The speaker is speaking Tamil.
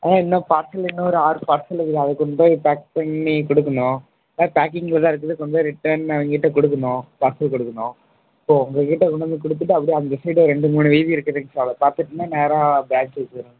அதுதான் இன்னும் பார்சல் இன்னும் ஒரு ஆறு பார்சல் இருக்குது அதைக் கொண்டு போயி பேக் பண்ணிக் கொடுக்கணும் அதுதான் பேக்கிங்கில் தான் இருக்குது கொண்டுப் போயி ரிட்டன் அவங்கள்கிட்ட கொடுக்கணும் பார்சல் கொடுக்கணும் இப்போது உங்கள்கிட்ட கொண்டு வந்து கொடுத்துட்டு அப்படியே அந்த சைடு ரெண்டு மூணு விவி இருக்குதுங்க சார் அதைப் பார்த்துட்டேன்னா நேராக ப்ரான்ச்சுக்கு போயிடுவேன்